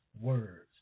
words